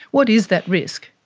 what is that risk?